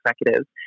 Executives